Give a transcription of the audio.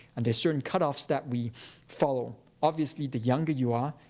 and there's certain cut-offs that we follow. obviously the younger you are,